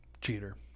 Cheater